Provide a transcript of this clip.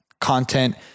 content